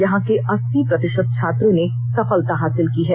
यहां के अस्सी प्रतिशत छात्रों ने सफलता हासिल की है